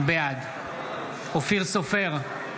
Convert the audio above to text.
בעד אופיר סופר,